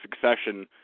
succession